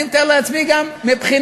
מבחינתנו, ואני מתאר לעצמי גם מבחינתו,